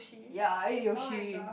ya I ate Yoshi